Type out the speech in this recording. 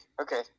Okay